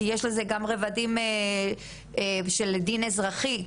כי יש לזה גם רבדים של דין אזרחי,